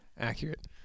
Accurate